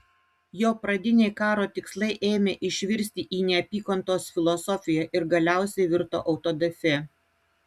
jo pradiniai karo tikslai ėmė išvirsti į neapykantos filosofiją ir galiausiai virto autodafė